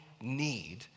need